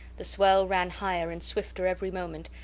the swell ran higher and swifter every moment,